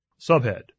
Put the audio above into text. Subhead